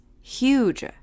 huge